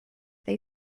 they